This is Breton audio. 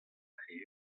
tri